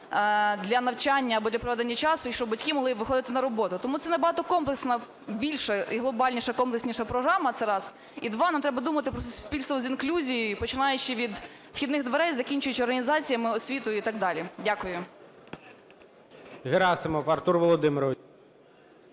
для навчання або для проведення часу і щоб батьки могли виходити на роботу. Тому це набагато комплексна, більша і глобальніша, комплексніша програма – це раз. І два. Нам треба думати про суспільство з інклюзією, починаючи від вхідних дверей і закінчуючи організаціями, освітою і так далі. Дякую.